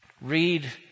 Read